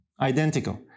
identical